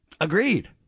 Agreed